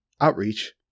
outreach